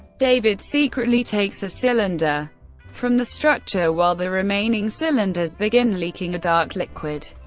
david secretly takes a cylinder from the structure, while the remaining cylinders begin leaking a dark liquid.